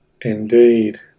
Indeed